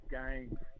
games